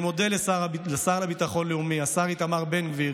אני מודה לשר לביטחון לאומי, השר איתמר בן גביר,